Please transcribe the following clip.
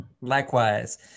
Likewise